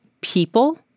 people